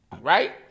right